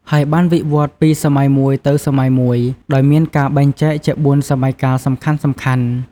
ហើយបានវិវឌ្ឍន៍ពីសម័យមួយទៅសម័យមួយ ដោយមានការបែងចែកជាបួនសម័យកាលសំខាន់ៗ។